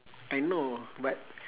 I know but